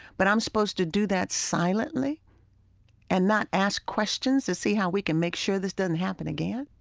but i'm supposed to do that silently and not ask questions to see how we can make sure this doesn't happen again?